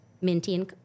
maintain